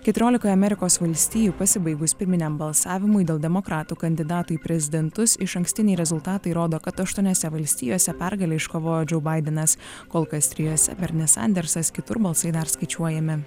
keturiolikoje amerikos valstijų pasibaigus pirminiam balsavimui dėl demokratų kandidato į prezidentus išankstiniai rezultatai rodo kad aštuoniose valstijose pergalę iškovojo džou baidenas kol kas trijose bernis sandersas kitur balsai dar skaičiuojami